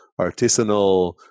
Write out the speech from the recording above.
artisanal